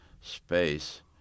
space